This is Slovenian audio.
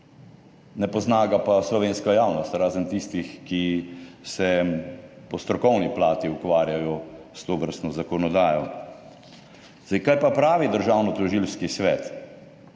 Ne pozna ga pa slovenska javnost, razen tistih, ki se po strokovni plati ukvarjajo s tovrstno zakonodajo. Kaj pa pravi Državnotožilski svet,